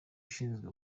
ushinzwe